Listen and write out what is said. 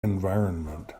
environment